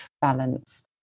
balanced